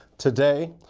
today,